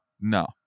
no